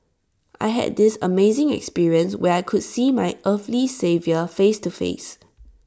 I had this amazing experience where I could see my earthly saviour face to face